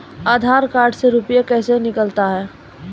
आधार कार्ड से रुपये कैसे निकलता हैं?